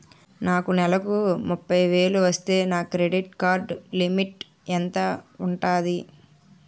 నాకు నెలకు ముప్పై వేలు వస్తే నా క్రెడిట్ కార్డ్ లిమిట్ ఎంత ఉంటాది?